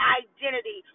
identity